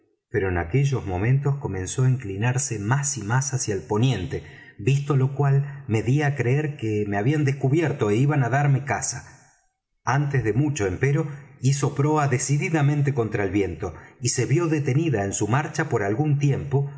pero en aquellos momentos comenzó á inclinarse más y más hacia el poniente visto lo cual me dí á creer que me habían descubierto é iban á darme caza antes de mucho empero hizo proa decididamente contra el viento y se vió detenida en su marcha por algún tiempo